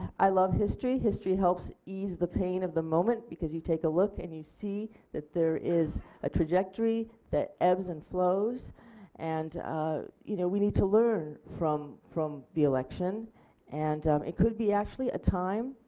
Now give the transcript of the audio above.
i love history, history helps ease the pain of the moment because you take a look and you see that there is a trajectory that ebbs and flows and you know we need to learn from from the election and it could be actually a time,